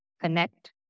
connect